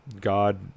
God